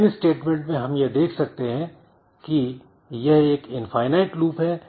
इन statement में हम यह देख सकते हैं कि यह एक इनफाईनाइट लूप है